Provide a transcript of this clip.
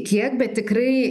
kiek bet tikrai